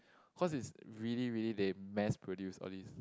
cause is really really they mass produce all these